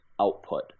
output